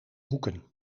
hoeken